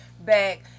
back